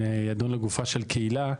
אני אדון לגופה של קהילה.